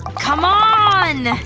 come on,